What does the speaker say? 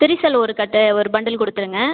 திரிசல் ஒரு கட்டு ஒரு பண்டில் கொடுத்துருங்க